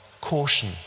caution